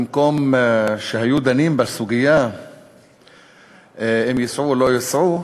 במקום שהיו דנים בסוגיה אם ייסעו או לא ייסעו,